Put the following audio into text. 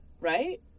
right